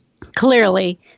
Clearly